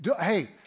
hey